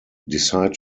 decide